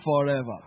forever